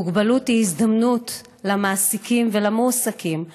מוגבלות היא הזדמנות למעסיקים ולמועסקים,